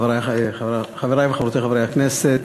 חברי וחברותי חברי הכנסת,